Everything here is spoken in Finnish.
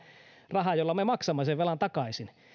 raha jolla me maksamme sen velan takaisin